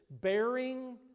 bearing